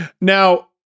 Now